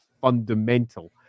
fundamental